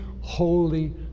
holy